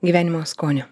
gyvenimo skonio